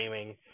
gaming